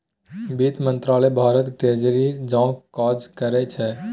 बित्त मंत्रालय भारतक ट्रेजरी जकाँ काज करै छै